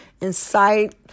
insight